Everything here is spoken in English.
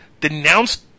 denounced